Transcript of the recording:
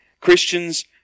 Christians